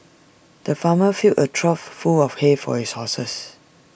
the farmer filled A trough full of hay for his horses